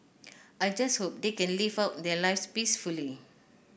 I just hope they can live out their lives peacefully